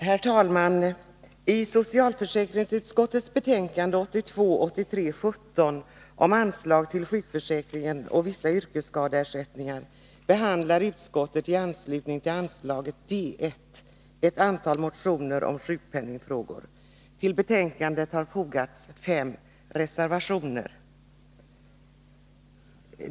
Herr talman! I socialförsäkringsutskottets betänkande 1982/83:17 om anslag till sjukförsäkringen och vissa yrkesskadeersättningar behandlar utskottet i anslutning till anslaget D 1 ett antal motioner om sjukpenningfrågor. Till betänkandet har fogats fem reservationer.